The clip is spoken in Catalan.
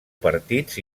partits